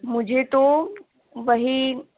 مجھے تو وہی